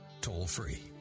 toll-free